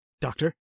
Doctor